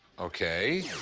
okay.